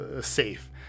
safe